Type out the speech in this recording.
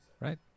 Right